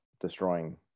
destroying